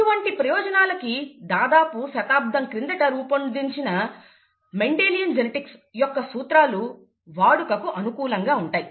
ఇటువంటి ప్రయోజనాలకి దాదాపుగా శతాబ్దం క్రిందట రూపొందించిన మెండిలియన్ జెనెటిక్స్ యొక్క సూత్రాలు వాడుకకు అనుకూలంగా ఉంటాయి